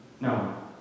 No